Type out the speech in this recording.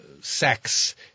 sex